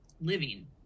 living